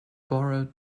borrowed